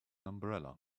umbrella